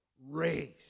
Raised